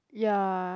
ya